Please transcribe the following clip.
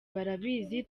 barabizi